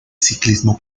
ciclismo